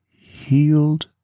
healed